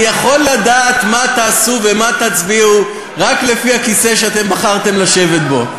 אני יכול לדעת מה תעשו ומה תצביעו רק לפי הכיסא שאתם בחרתם לשבת בו.